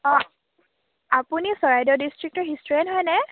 অঁ আপুনি চৰাইদেউ ডিষ্ট্ৰিক্টৰ হিষ্টৰিয়ান হয়নে